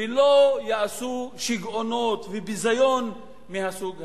ולא יעשו שיגעונות וביזיון מהסוג הזה.